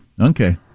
okay